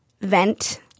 vent